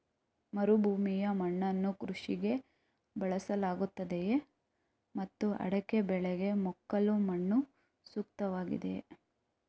ಮರುಭೂಮಿಯ ಮಣ್ಣನ್ನು ಕೃಷಿಗೆ ಬಳಸಲಾಗುತ್ತದೆಯೇ ಮತ್ತು ಅಡಿಕೆ ಬೆಳೆಗೆ ಮೆಕ್ಕಲು ಮಣ್ಣು ಸೂಕ್ತವಾಗಿದೆಯೇ?